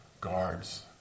guards